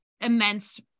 immense